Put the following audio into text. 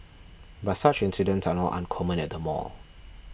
but such incidents are not uncommon at the mall